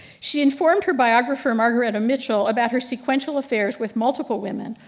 she informed her biographer margaret mitchell about her sequential affairs with multiple women,